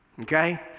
Okay